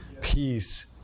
peace